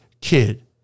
kid